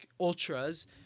Ultras